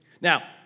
Now